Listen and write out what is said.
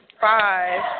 five